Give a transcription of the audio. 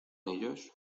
ellos